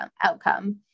outcome